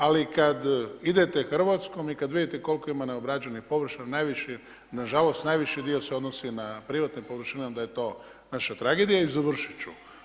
Ali kad idete Hrvatskom i kad vidite koliko ima neobrađenih površina na žalost najviši dio se odnosi na privatne površine, onda je to naša tragedija i završit ću.